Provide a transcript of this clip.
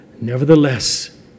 nevertheless